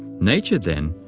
nature, then,